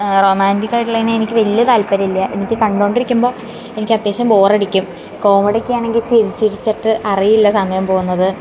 റൊമാന്റിക്കായിട്ടുള്ളന്നെ എനിക്ക് വലിയ താല്പര്യമില്ല എനിക്ക് കണ്ടോണ്ടിരിക്കുമ്പം എനിക്കത്യാവശ്യം ബോറടിക്കും കോമഡിയൊക്കൊയാണെങ്കിൽ ചിരിച്ച്ചിരിച്ചിട്ട് അറിയില്ല സമയം പോവുന്നത്